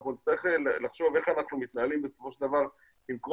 אנחנו נצטרך לחשוב איך אנחנו מתנהלים בסופו של דבר עם כל